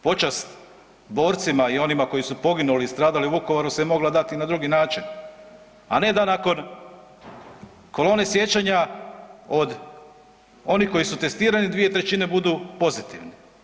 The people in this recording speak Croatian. Počast borcima i onima koji su poginuli i stradali u Vukovaru se mogla dati i na drugi način, a ne da nakon Kolone sjećanja od onih koji su testirani 2/3 budu pozitivni.